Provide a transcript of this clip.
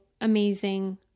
amazing